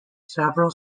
several